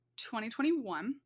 2021